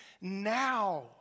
now